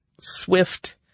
swift